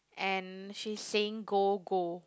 and she's saying go go